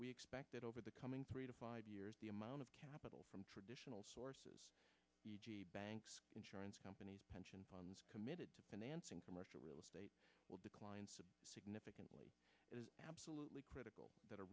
we expect that over the coming three to five years the amount of capital from traditional sources banks insurance companies pension funds committed to financing commercial real estate will decline significantly is absolutely critical t